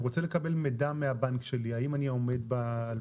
הוא רוצה לקבל מידע מהבנק שלי של האם אני עומד בהלוואות,